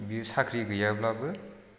बियो साख्रि गैयाब्लाबो